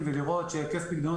ראשית,